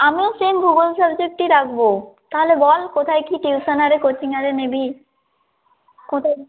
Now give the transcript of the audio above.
আমিও সেম ভূগোল সাবজেক্টই রাখবো তাহলে বল কোথায় কী টিউশন আর কোচিং আরে নিবি কোথায়